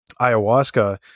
ayahuasca